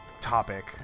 topic